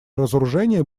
разоружение